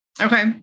Okay